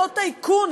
אותו טייקון,